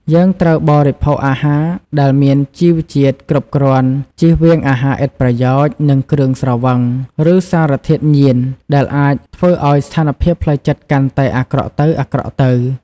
យើងត្រូវបរិភោគអាហារដែលមានជីវជាតិគ្រប់គ្រាន់ ជៀសវាងអាហារឥតប្រយោជន៍ និងគ្រឿងស្រវឹង ឬសារធាតុញៀនដែលអាចធ្វើឱ្យស្ថានភាពផ្លូវចិត្តកាន់តែអាក្រក់ទៅៗ។